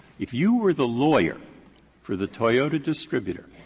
if you were the lawyer for the toyota distributor,